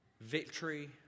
Victory